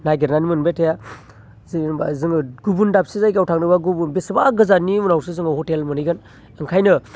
नागिरनानै मोनबाय थाया जेनेबा जोङो गुबुन दाबसे जायगायाव थांनो बा गुबुन बेसेबा गोजाननि उनावसो जोङो हटेल मोनहैगोन ओंखायनो